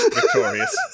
Victorious